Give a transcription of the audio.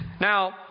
Now